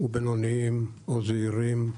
בינוניים או זעירים,